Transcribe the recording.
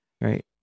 right